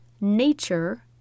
nature